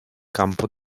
campo